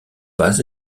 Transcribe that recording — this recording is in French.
pas